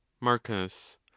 marcus